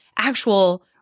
actual